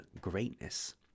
greatness